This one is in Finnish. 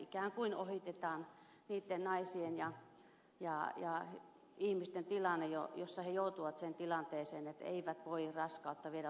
ikään kuin ohitetaan niitten naisten ja ihmisten tilanne jossa he joutuvat siihen tilanteeseen että eivät voi raskautta viedä loppuun asti